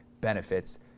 benefits